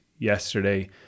yesterday